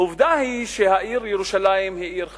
עובדה היא שהעיר ירושלים היא עיר חצויה,